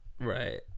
right